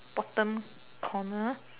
bottom corner